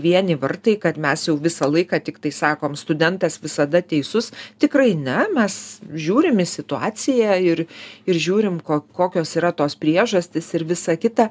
vieni vartai kad mes jau visą laiką tiktai sakom studentas visada teisus tikrai ne mes žiūrim į situaciją ir ir žiūrim ko kokios yra tos priežastys ir visa kita